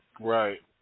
Right